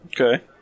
Okay